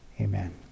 amen